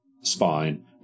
spine